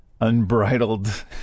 unbridled